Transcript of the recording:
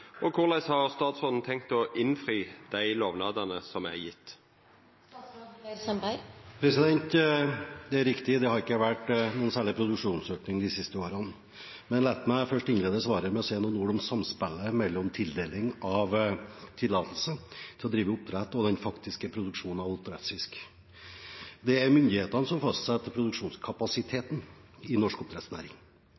og korleis har statsråden tenkt å innfri dei lovnadane som er gitte?» Det er riktig at det ikke har vært noen særlig produksjonsøkning de siste årene, men la meg innlede svaret med å si noen ord om samspillet mellom tildeling av tillatelse til å drive oppdrett og den faktiske produksjonen av oppdrettsfisk. Det er myndighetene som fastsetter